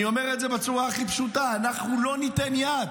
אני אומר את זה בצורה הכי פשוטה, אנחנו לא ניתן יד